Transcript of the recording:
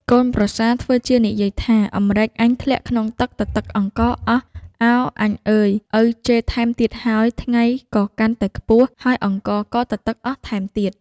កូនប្រសាធ្វើជានិយាយថា "អំរែកអញធ្លាក់ក្នុងទឹកទទឹកអង្ករអស់ ឱអញអើយ! ឪជេរថែមទៀតហើយ ថ្ងៃក៏កាន់តែខ្ពស់ ហើយអង្ករក៏ទទឹកអស់ថែមទៀត"។